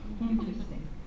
Interesting